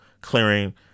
clearing